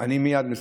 אני מייד מסיים.